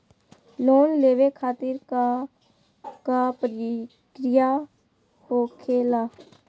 Loan लेवे खातिर का का प्रक्रिया होखेला?